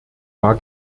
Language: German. war